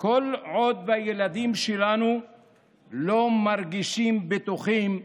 כל עוד הילדים שלנו לא מרגישים בטוחים ברחוב.